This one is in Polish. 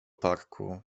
parku